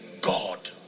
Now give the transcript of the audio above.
God